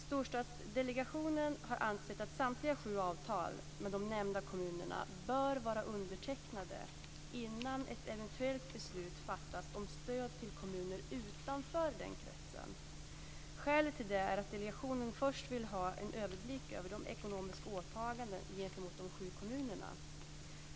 Storstadsdelegationen har ansett att samtliga sju avtal med de nämnda kommunerna bör vara undertecknade innan ett eventuellt beslut fattas om stöd till kommuner utanför den kretsen. Skälet till det är att delegationen först vill ha överblick över de ekonomiska åtagandena gentemot de sju kommunerna.